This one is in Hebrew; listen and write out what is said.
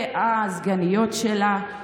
והסגניות שלה,